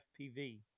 FPV